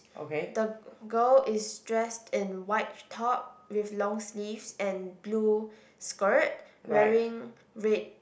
the girl is dressed in white top with long sleeves and blue skirt wearing red